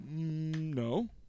no